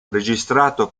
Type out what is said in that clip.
registrato